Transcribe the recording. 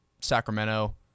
sacramento